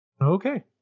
Okay